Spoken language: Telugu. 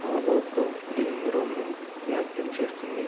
రోబో ఇప్పుడు లివింగ్ రూమ్ను వ్యాక్యూమ్ చేస్తుంది